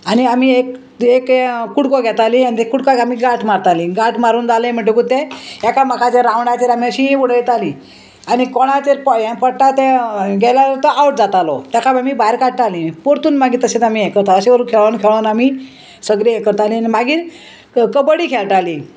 आनी आमी एक एक कुडको घेताली आनी ते कुडकाक आमी गांठ मारताली गांट मारून जाले म्हणटकूच ते एकामेकाचे राउंडाचेर आमी अशी उडयताली आनी कोणाचेर हें पडटा ते गेले नंतर तो आवट जातालो तेका बी आमी भायर काडटाली परतून मागीर तशेंच आमी हें करता अशें करून खेळोन खेळोन आमी सगळीं हें करतालीं आनी मागीर कबड्डी खेळटालीं